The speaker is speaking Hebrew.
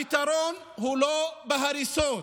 הפתרון הוא לא בהריסות,